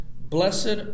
Blessed